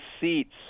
seats